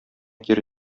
кире